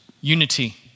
unity